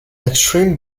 extreme